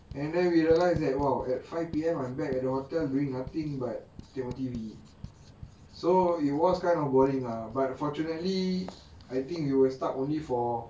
and then we realize that !wow! at five P_M I'm back at the hotel doing nothing but tengok T_V so it was kind of boring ah but fortunately I think we were stuck only for